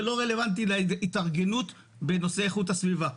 זה לא רלוונטי להתארגנות בנושאי איכות הסביבה.